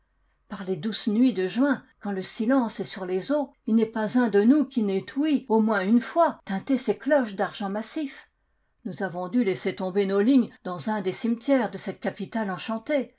par les douces nuits de juin quand le silence est sur les eaux il n'est pas un de nous qui n'ait ouï au moins une fois tinter ses cloches d'argent massif nous avons dû laisser tomber nos lignes dans un des cimetières de cette capitale